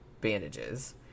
bandages